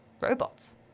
robots